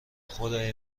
خدای